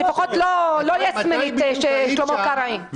אני לפחות לא יס-מנית, שלמה קרעי.